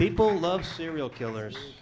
people love serial killers